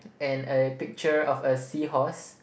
and a picture of a seahorse